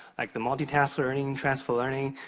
like the multi-task learning, transfer learning,